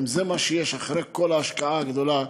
אם זה מה שיש אחרי כל ההשקעה הגדולה,